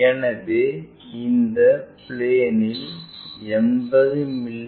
எனவே இந்த பிளேன்இல் 80 மி